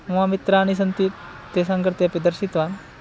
मम मित्राणि सन्ति तेषां कृते अपि दर्शितवान्